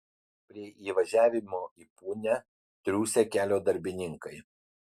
prie įvažiavimo į punią triūsė kelio darbininkai